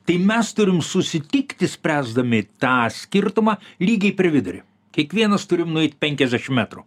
tai mes turim susitikti spręsdami tą skirtumą lygiai per vidurį kiekvienas turim nueit penkiasdešim metrų